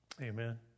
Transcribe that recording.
Amen